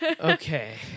Okay